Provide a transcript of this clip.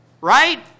Right